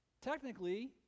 Technically